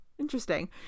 interesting